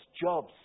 jobs